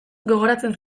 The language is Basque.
gogoratzen